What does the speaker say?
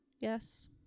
Yes